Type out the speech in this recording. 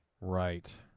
Right